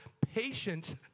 patience